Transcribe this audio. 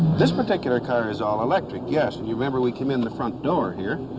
this particular car is all electric, yes. and you remember we came in the front door, here.